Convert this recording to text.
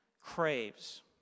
craves